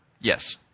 yes